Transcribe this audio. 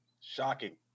Shocking